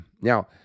now